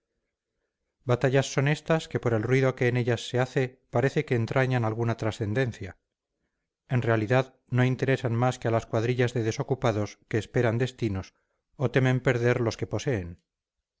batallas son estas que por el ruido que en ellas se hace parece que entrañan alguna trascendencia en realidad no interesan más que a las cuadrillas de desocupados que esperan destinos o temen perder los que poseen